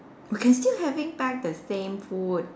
you can still having back the same food